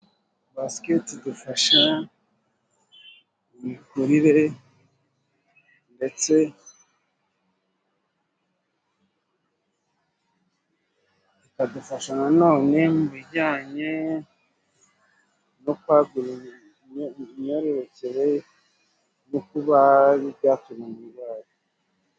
Basiketi idufasha mu mikurire ndetse ikadufasha nanone mu bijyanye no kwagura imyororokere no kuba byatumye umurwayi.